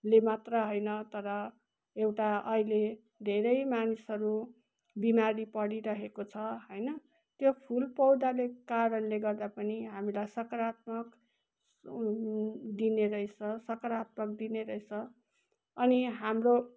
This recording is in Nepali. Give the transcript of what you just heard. ले मात्र होइन तर एउटा अहिले धेरै मानिसहरू बिमारी परिरहेको छ होइन त्यो फुल पौधाले कारणले गर्दा पनि हामीलाई सकारात्मक दिने रहेछ सकारात्मक दिने रहेछ अनि हाम्रो